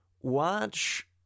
watch